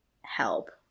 help